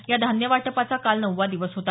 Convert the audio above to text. या धान्य वाटपाचा काल नववा दिवस होता